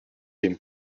dem